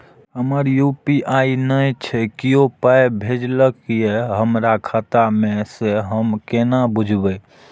हमरा यू.पी.आई नय छै कियो पाय भेजलक यै हमरा खाता मे से हम केना बुझबै?